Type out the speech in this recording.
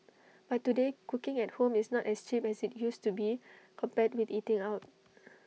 but today cooking at home is not as cheap as IT used to be compared with eating out